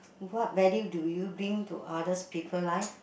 what value do you bring to others people life